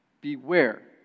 beware